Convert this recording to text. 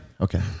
Okay